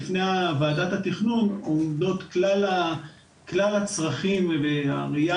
בפני ועדת התכנון עומדים כלל הצרכים והראייה